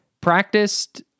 practiced